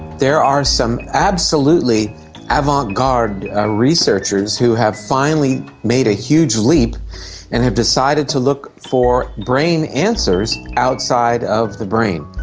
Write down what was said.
there are some absolutely avant-garde ah researchers who have finally made a huge leap and have decided to look for brain answers outside of the brain,